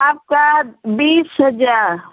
आपका बीस हज़ार